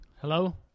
Hello